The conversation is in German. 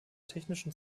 technischen